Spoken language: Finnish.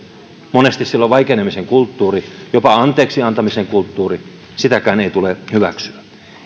monesti siellä on vaikenemisen kulttuuri jopa anteeksi antamisen kulttuuri sitäkään ei tule hyväksyä